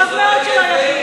זה טוב מאוד שלא יבדיל.